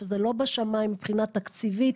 שזה לא בשמיים מבחינה תקציבית,